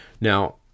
Now